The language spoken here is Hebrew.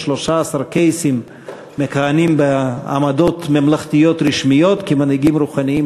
13 קייסים מכהנים בעמדות ממלכתיות רשמיות כמנהיגים רוחניים